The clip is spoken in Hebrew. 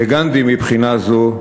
לגנדי, מבחינה זו,